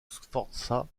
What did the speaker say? sforza